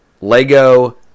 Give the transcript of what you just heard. Lego